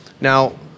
Now